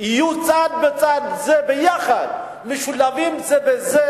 יהיה צד זה בצד זה, ביחד, משולבים זה בזה,